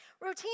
Routine